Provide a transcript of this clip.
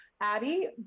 Abby